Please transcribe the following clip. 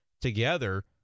together